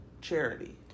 charity